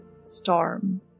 Storm